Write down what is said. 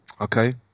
Okay